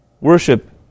Worship